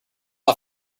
off